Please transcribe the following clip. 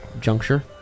juncture